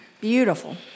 beautiful